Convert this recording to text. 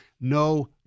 no